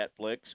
Netflix